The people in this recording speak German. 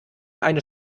eine